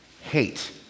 hate